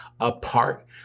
apart